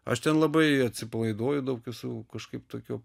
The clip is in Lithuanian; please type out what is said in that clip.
aš ten labai atsipalaiduoju daug esu kažkaip tokio